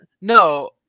No